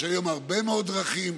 יש היום הרבה מאוד דרכים,